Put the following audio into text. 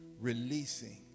releasing